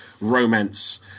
romance